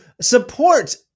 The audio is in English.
support